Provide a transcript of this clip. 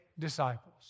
disciples